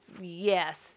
yes